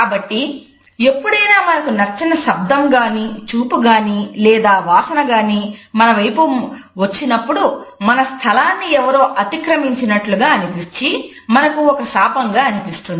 కాబట్టి ఎప్పుడైనా మనకు నచ్చని శబ్దం గానీ చూపు గాని లేదా వాసన గాని మన వైపు వచ్చినప్పుడు మన స్థలాన్ని ఎవరో అతిక్రమించినట్లు అనిపించి మనకు ఒక శాపంగా అనిపిస్తుంది